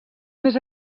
més